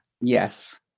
Yes